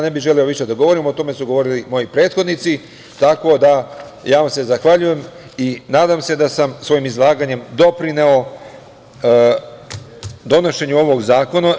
Ne bih želeo više da govorim, o tome su govorili moji prethodnici, tako da ja vam se zahvaljujem i nadam se da sam svojim izlaganjem doprineo donošenju ovog zakona.